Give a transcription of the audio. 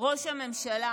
ראש הממשלה